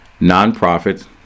nonprofits